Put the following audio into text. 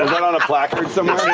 was that on a placard somewhere?